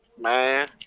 man